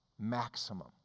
maximum